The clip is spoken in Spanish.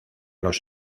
los